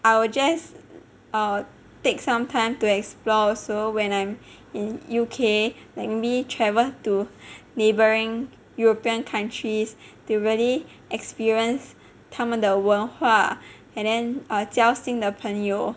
I will just err take some time to explore also when I'm in U_K like maybe travel to neighboring european countries to really experience 他们的文化 and then err 交新的朋友